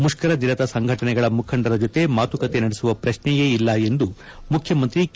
ಮುಷ್ಕರನಿರತ ಸಂಘಟನೆಗಳ ಮುಖಂಡರ ಜೊತೆ ಮಾತುಕತೆ ನಡೆಸುವ ಪ್ರಶ್ನೆಯೇ ಇಲ್ಲ ಎಂದು ಮುಖ್ಯಮಂತ್ರಿ ಕೆ